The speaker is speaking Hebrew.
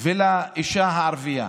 ולאישה הערבייה: